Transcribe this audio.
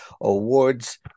awards